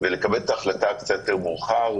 ולקבל את ההחלטה קצת יותר מאוחר,